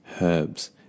herbs